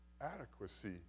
adequacy